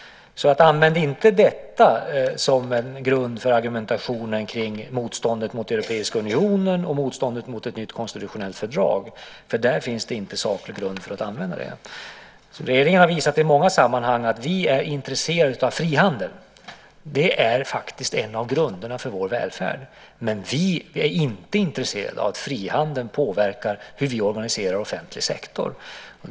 Använd inte detta som grund för argumentationen i motståndet mot Europeiska unionen och ett nytt konstitutionellt fördrag! Det finns inte saklig grund för det. Regeringen har visat i många sammanhang att vi är intresserade av frihandel. Det är faktiskt en av grunderna för vår välfärd. Men vi är inte intresserade av att frihandeln påverkar hur vi organiserar offentlig sektor.